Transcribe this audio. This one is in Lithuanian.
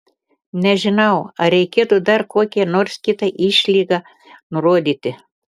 nežinau ar reikėtų dar kokią nors kitą išlygą nurodyti